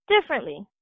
differently